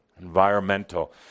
Environmental